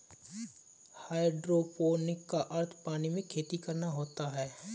hydroponic का अर्थ पानी में खेती करना होता है